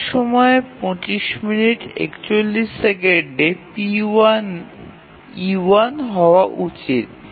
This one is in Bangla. স্লাইড সময়ে ২৫৪১ p1 e1 হওয়া উচিত